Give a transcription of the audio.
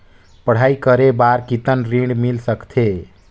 पढ़ाई करे बार कितन ऋण मिल सकथे?